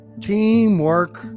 teamwork